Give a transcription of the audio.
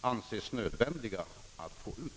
anses nödvändigt att få ut.